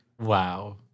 Wow